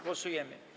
Głosujemy.